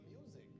music